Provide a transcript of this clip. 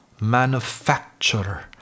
manufacturer